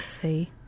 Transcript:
see